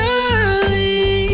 early